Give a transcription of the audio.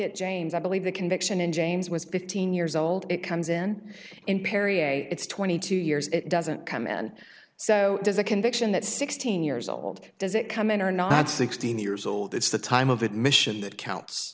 at james i believe the conviction in james was fifteen years old it comes in in perrier it's twenty two years it doesn't come in so does a conviction that sixteen years old does it come in or not sixteen years old it's the time of admission that counts